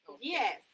yes